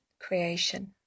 creation